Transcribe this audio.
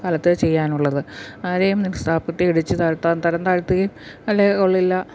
കാലത്ത് ചെയ്യാനുള്ളത് ആരെയും നിരുത്സാഹപ്പെടുത്തി ഇടിച്ചുതാഴ്ത്താൻ തരം താഴ്ത്തുകയും അല്ലെങ്കില് കൊള്ളില്ല